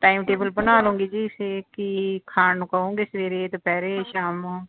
time table ਬਣਾ ਲੁੰਗੀ ਜੀ ਫੇਰ ਕੀ ਖਾਣ ਨੂੰ ਕਹੋਗੇ ਸਵੇਰੇ ਦੁਪਹਿਰੇ ਸ਼ਾਮ